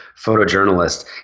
photojournalist